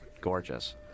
gorgeous